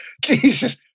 Jesus